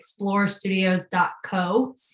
explorestudios.co